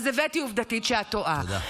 אז הבאתי עובדתית שאת טועה.